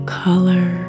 color